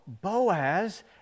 Boaz